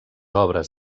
obres